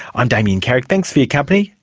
i'm damien carrick, thanks for your company,